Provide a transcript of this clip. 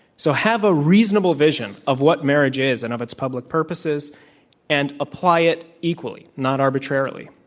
so have a reasonable vision of what marriage is and of its public purposes and apply it eq ually, not arbitrarily.